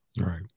Right